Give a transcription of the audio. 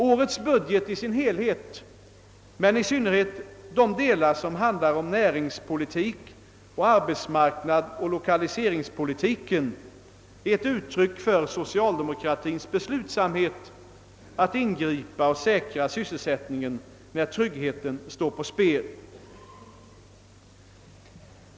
Årets budget, och i synnerhet de delar som handlar om närings-, arbetsmarknadsoch 1lokaliseringspolitiken, är ett uttryck för socialdemokratiens beslutsamhet att säkra sysselsättningen när tryggheten står på spel.